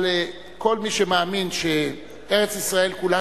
אבל כל מי שמאמין שארץ-ישראל כולה